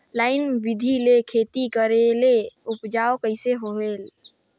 Line बिधी ले खेती करेले उपजाऊ कइसे होयल?